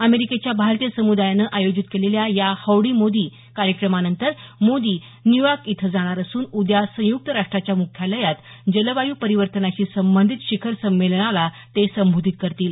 अमेरिकेच्या भारतीय समुदायानं आयोजित केलेल्या या हौडी मोदी या कार्यक्रमानंतर मोदी न्यूयॉर्क इथं जाणार असून उद्या संयुक्त राष्ट्राच्या मुख्यालयात जलवाय् परिवर्तनाशी संबधित शिखर संमेलनाला ते संबोधित करतील